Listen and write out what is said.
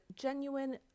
genuine